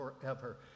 forever